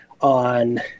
on